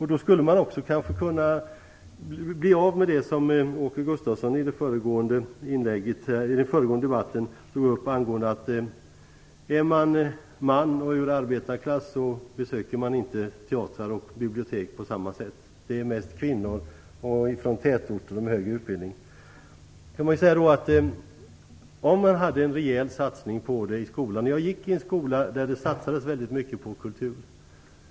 Man skulle då kunna komma till rätta med det som Åke Gustavsson tog upp i en föregående debatt, nämligen att män från arbetarklassen inte besöker teatrar och bibliotek i någon större utsträckning. Det är mest kvinnor från tätorter och med högre utbildning som tar del av det kulturutbudet. Själv gick jag i en skola där det satsades väldigt mycket på kultur.